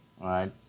right